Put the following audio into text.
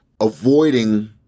avoiding